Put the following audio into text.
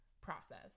process